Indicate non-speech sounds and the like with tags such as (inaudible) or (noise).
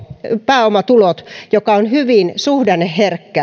pääomatulot jotka ovat hyvin suhdanneherkkiä (unintelligible)